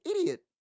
idiot